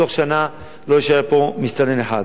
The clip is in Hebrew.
בתוך שנה לא יישאר פה מסתנן אחד.